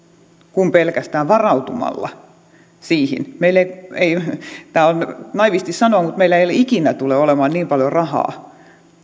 kuin pelkästään varautumalla siihen tämä on naiivisti sanottu mutta meillä ei ikinä tule olemaan niin paljon rahaa